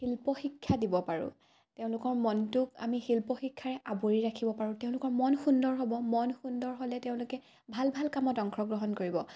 শিল্পশিক্ষা দিব পাৰোঁ তেওঁলোকৰ মনটোক আমি শিল্পশিক্ষাৰে আৱৰি ৰাখিব পাৰোঁ তেওঁলোকৰ মন সুন্দৰ হ'ব মন সুন্দৰ হ'লে তেওঁলোকে ভাল ভাল কামত অংশগ্ৰহণ কৰিব